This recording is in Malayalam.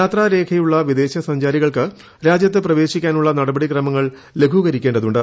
യാത്രാ രേഖയുള്ള വിദേശ സഞ്ചാരികൾക്ക് രാജ്യത്ത് പ്രവേശിക്കാനുള്ള നടപടി ക്രമങ്ങൾ ലഘൂകരിക്കേണ്ടതുണ്ട്